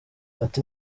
ati